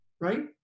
right